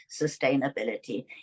sustainability